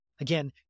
Again